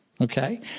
Okay